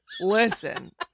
Listen